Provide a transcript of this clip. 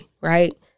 right